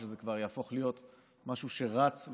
שזה כבר יהפוך להיות משהו שרץ,